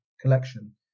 collection